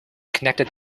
connected